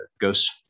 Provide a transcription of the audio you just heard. Ghost